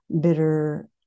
bitter